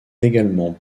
également